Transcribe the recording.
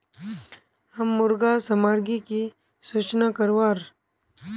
हम मुर्गा सामग्री की सूचना करवार?